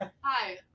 Hi